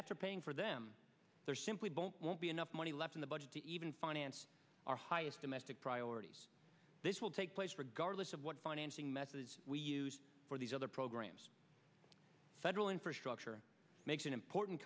after paying for them there simply won't be enough money left in the budget to even finance our highest domestic priorities this will take place regardless of what financing methods we use for these other programs federal infrastructure makes an important